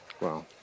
Wow